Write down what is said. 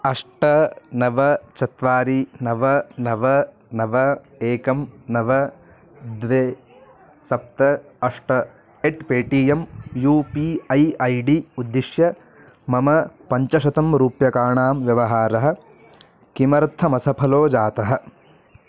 अष्ट नव चत्वारि नव नव नव एकं नव द्वे सप्त अष्ट at Paytm U P I I D उद्दिश्य मम पञ्चशतं रूप्यकाणां व्यवहारः किमर्थमसफलो जातः